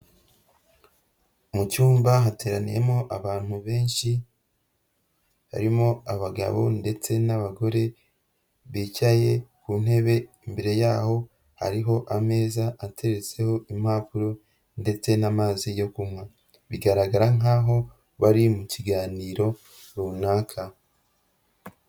Mu cyumba hateraniyemo abantu benshi harimo abagabo ndetse n'abagore bicaye ku ntebe, imbere yaho hariho ameza ateretseho impapuro ndetse n'amazi yo kunywa, bigaragara nkaho bari mu kiganiro runaka.